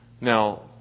Now